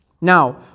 Now